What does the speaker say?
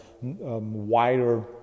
wider